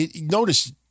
notice